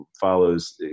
follows